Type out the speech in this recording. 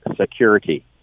security